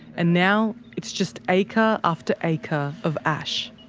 and now, it's just acre after acre of ash.